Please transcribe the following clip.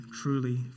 truly